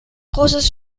großes